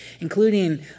including